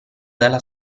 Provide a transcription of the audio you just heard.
dalla